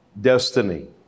Destiny